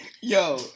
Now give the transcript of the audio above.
yo